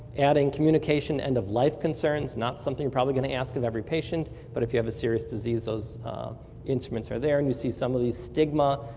adding communication end of life concern, not something probably going to ask of every patient but if you have a serious disease, those instruments are there and you see some of the stigma,